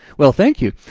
well thank you.